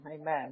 Amen